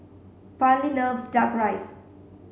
parley loves duck rice